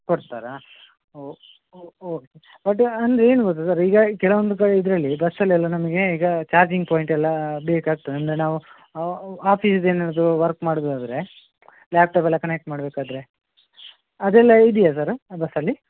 ಕೊಡ್ತಾರಾ okay but ಅಂದರೆ ಏನು ಗೊತ್ತಾ ಸರ್ ಈಗ ಕೆಲವೊಂದು ಕಡೆ ಇದರಲ್ಲಿ ಬಸ್ಸಲೆಲ್ಲ ನಮಗೆ ಈಗ ಚಾರ್ಜಿಂಗ್ ಪಾಂಯ್ಟ್ ಎಲ್ಲಾ ಬೇಕಾಗ್ತದೆ ಅಂದರೆ ನಾವು ಆಫೀಸಿದ ಏನಾದರು ವರ್ಕ್ ಮಾಡುದಾದರೆ ಲ್ಯಾಪ್ಟಾಪ್ ಎಲ್ಲ ಕನೆಕ್ಟ್ ಮಾಡ್ಬೇಕಾದರೆ ಅದೆಲ್ಲ ಇದಿಯ ಸರ್ ಆ ಬಸ್ಸಲ್ಲಿ